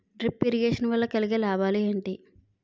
Drip irrigation వల్ల కలిగే లాభాలు ఏంటి?